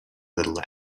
little